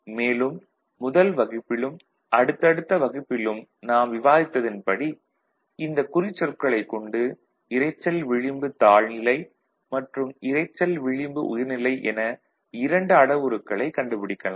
மேலும் முதல் வகுப்பிலும் அடுத்தடுத்த வகுப்பிலும் நாம் விவாதித்தன்படி இந்த குறிச்சொற்களைக் கொண்டு இரைச்சல் விளிம்பு தாழ்நிலை மற்றும் இரைச்சல் விளிம்பு உயர்நிலை என இரண்டு அளவுருக்களைக் கண்டுபிடிக்கலாம்